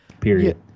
period